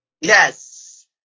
Yes